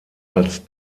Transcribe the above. als